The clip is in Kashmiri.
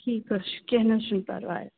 ٹھیٖک حظ چھُ کیٚنٛہہ نہَ حظ چھُ نہٕ پَرواے